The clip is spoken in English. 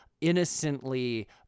innocently